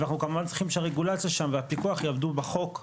אנחנו כמובן צריכים שהרגולציה שם והפיקוח יעמדו בחוק,